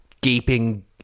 gaping